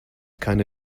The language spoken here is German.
keine